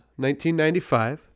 1995